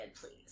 please